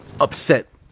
upset